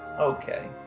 Okay